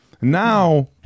now